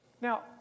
Now